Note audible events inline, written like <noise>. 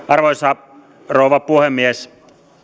<unintelligible> arvoisa rouva puhemies